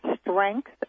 strength